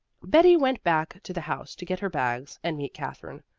betty went back to the house to get her bags and meet katherine,